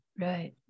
right